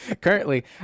Currently